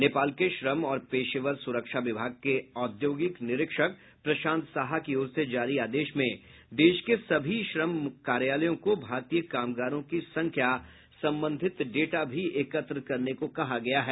नेपाल के श्रम और पेशवर सुरक्षा विभाग के औद्योगिक निरीक्षक प्रशांत साहा की ओर से जारी आदेश में देश के सभी श्रम कार्यालयों को भारतीय कामगारों की संख्या संबंधित डेटा भी एकत्र करने को कहा गया है